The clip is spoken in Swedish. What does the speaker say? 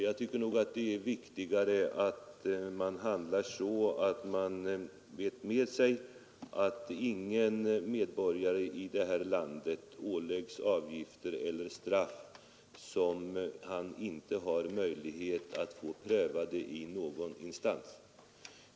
Jag tycker emellertid det är viktigare att man handlar så, att man vet med sig att ingen medborgare i det här landet kommer att påläggas avgifter eller straff som han inte har möjlighet att få prövade i någon instans.